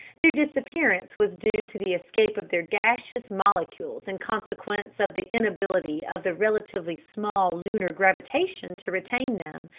their disappearance was due to the escape of their gaseous molecules in consequence of the inability of the relatively small lunar gravitation to retain them,